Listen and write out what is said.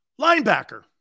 Linebacker